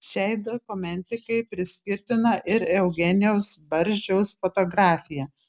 šiai dokumentikai priskirtina ir eugenijaus barzdžiaus fotografija